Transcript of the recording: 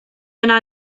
yna